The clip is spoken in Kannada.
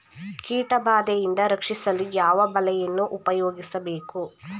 ಕೀಟಬಾದೆಯಿಂದ ರಕ್ಷಿಸಲು ಯಾವ ಬಲೆಯನ್ನು ಉಪಯೋಗಿಸಬೇಕು?